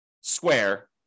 square